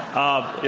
are yeah